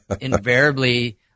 invariably